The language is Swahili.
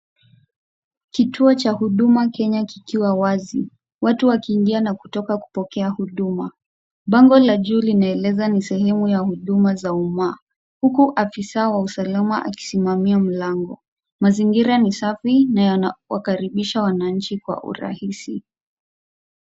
Kituo cha Huduma Kenya kikiwa wazi watu wakiingis na kutoka kupokea huduma. Bango la juu linaeleza ni sehemu ya huduma za umma huku afisa wa usalama akisimamia mlango. Mazingira ni safi na yanawakaribisha wananchi kwa urahisi.